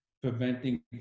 preventing